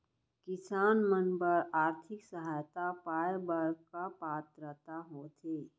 किसान मन बर आर्थिक सहायता पाय बर का पात्रता होथे?